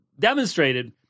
demonstrated